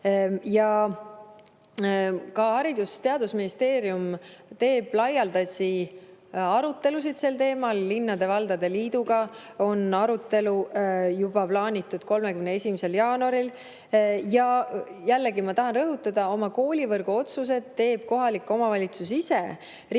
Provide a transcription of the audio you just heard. Ka Haridus‑ ja Teadusministeerium teeb laialdasi arutelusid sel teemal, linnade ja valdade liiduga on arutelu plaanitud juba 31. jaanuaril. Jällegi, ma tahan rõhutada: oma koolivõrgu otsused teeb kohalik omavalitsus ise. Riik